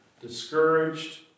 discouraged